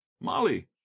molly